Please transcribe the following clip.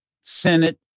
Senate